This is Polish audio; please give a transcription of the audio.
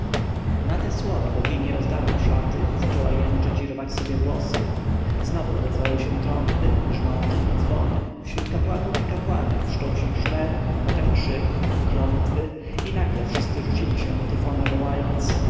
na te słowa bogini rozdarła szaty zaczęła jęczeć i rwać sobie włosy znowu odezwały się trąby grzmoty i dzwony wśród kapłanów i kapłanek wszczął się szmer potem krzyk klątwy i nagle wszyscy rzucili się na tyfona wołając